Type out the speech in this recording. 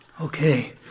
Okay